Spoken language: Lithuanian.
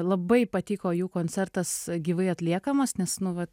labai patiko jų koncertas gyvai atliekamas nes nu vat